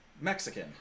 Mexican